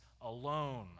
alone